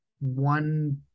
one